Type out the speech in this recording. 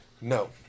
No